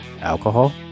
alcohol